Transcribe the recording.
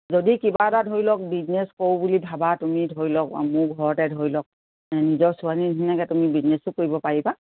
যদি কিবা এটা ধৰি লওক বিজনেছ কৰোঁ বুলি ভাবা তুমি ধৰি লওক মোৰ ঘৰতে ধৰি লওক নিজৰ ছোৱালীৰ নিচিনাকে তুমি বিজনেছো কৰিব পাৰিবা